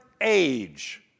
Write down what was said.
age